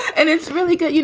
and it's really good. you